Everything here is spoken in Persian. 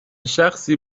شخصی